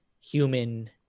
human